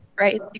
Right